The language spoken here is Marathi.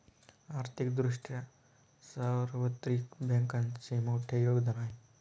आर्थिक दृष्ट्या सार्वत्रिक बँकांचे मोठे योगदान आहे